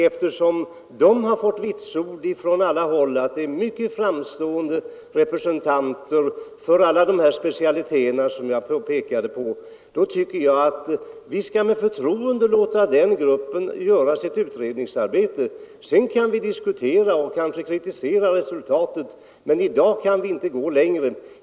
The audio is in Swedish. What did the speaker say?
Eftersom det från alla håll har vitsordats att de är mycket framstående representanter för alla de specialiteter som jag har pekat på tycker jag att vi med förtroende skall låta den gruppen göra sitt utredningsarbete. Sedan kan vi diskutera och kanske kritisera resultatet, men i dag kan vi inte gå längre.